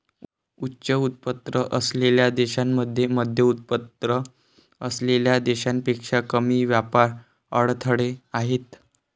उच्च उत्पन्न असलेल्या देशांमध्ये मध्यमउत्पन्न असलेल्या देशांपेक्षा कमी व्यापार अडथळे आहेत